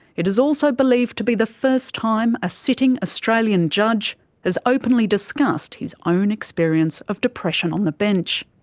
it is also believed to be the first time a sitting australian judge has openly discussed his own experience of depression on the bench.